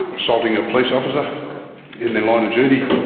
assaulting a police officer in their line of duty.